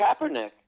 Kaepernick